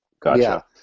Gotcha